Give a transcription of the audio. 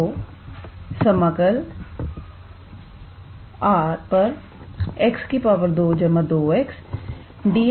तो समाकलR 𝑥 2 2𝑥𝑑𝑥𝑑𝑦